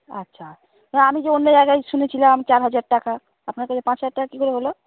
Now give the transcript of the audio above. আচ্ছা আমি যে অন্য জায়গায় শুনেছিলাম চার হাজার টাকা আপনার কাছে পাঁচ হাজার টাকা কী করে হল